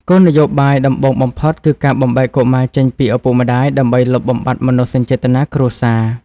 គោលនយោបាយដំបូងបំផុតគឺការបំបែកកុមារចេញពីឪពុកម្ដាយ ដើម្បីលុបបំបាត់មនោសញ្ចេតនាគ្រួសារ។